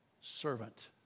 servant